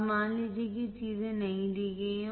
अब मान लीजिए कि ये चीजें नहीं दी गई हैं